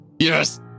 Yes